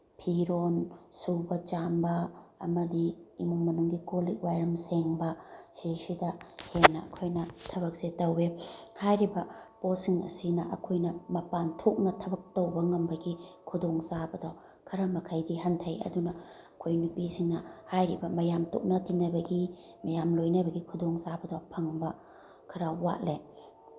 ꯐꯤꯔꯣꯟ ꯁꯨꯕ ꯆꯥꯝꯕ ꯑꯃꯗꯤ ꯏꯃꯨꯡ ꯃꯅꯨꯡꯒꯤ ꯀꯣꯜꯂꯤꯛ ꯋꯥꯏꯔꯝ ꯁꯦꯡꯕ ꯁꯤꯁꯤꯗ ꯍꯦꯟꯅ ꯑꯩꯈꯣꯏꯅ ꯊꯕꯛꯁꯦ ꯇꯧꯋꯦ ꯍꯥꯏꯔꯤꯕ ꯄꯣꯠꯁꯤꯡ ꯑꯁꯤꯅ ꯑꯩꯈꯣꯏꯅ ꯃꯄꯥꯟ ꯊꯣꯛꯅ ꯊꯕꯛ ꯇꯧꯕ ꯉꯝꯕꯒꯤ ꯈꯨꯗꯣꯡ ꯆꯥꯕꯗꯣ ꯈꯔ ꯃꯈꯩꯗꯤ ꯍꯟꯊꯩ ꯑꯗꯨꯅ ꯑꯩꯈꯣꯏ ꯅꯨꯄꯤꯁꯤꯡꯅ ꯍꯥꯏꯔꯤꯕ ꯃꯌꯥꯝ ꯇꯣꯠꯅ ꯇꯤꯟꯅꯕꯒꯤ ꯃꯌꯥꯝ ꯂꯣꯏꯅꯕꯒꯤ ꯈꯨꯗꯣꯡ ꯆꯥꯕꯗꯣ ꯐꯪꯕ ꯈꯔ ꯋꯥꯠꯂꯦ